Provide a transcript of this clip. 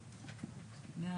אנחנו